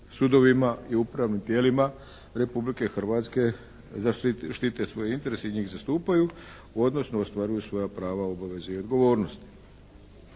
sudovima i upravnim tijelima Republike Hrvatske zaštite svoj interes i njih zastupaju, odnosno ostvaruju svoja prava, obaveze i odgovornost.